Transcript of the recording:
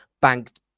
banked